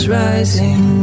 rising